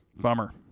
Bummer